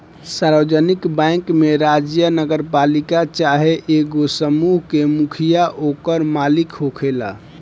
सार्वजानिक बैंक में राज्य, नगरपालिका चाहे एगो समूह के मुखिया ओकर मालिक होखेला